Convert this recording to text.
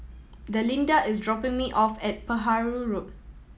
Delinda is dropping me off at Perahu Road